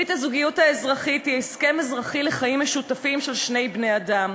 ברית הזוגיות האזרחית היא הסכם אזרחי לחיים משותפים של שני בני-אדם.